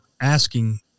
asking